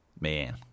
man